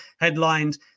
headlined